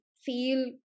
feel